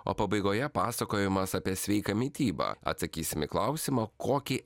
o pabaigoje pasakojimas apie sveiką mitybą atsakysim į klausimą kokį